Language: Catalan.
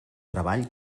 treball